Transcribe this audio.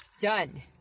Done